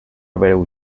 breu